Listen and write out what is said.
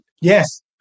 Yes